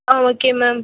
ah okay ma'am